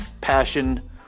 passion